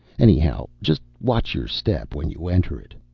anyhow, just watch your step when you enter it.